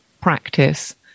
practice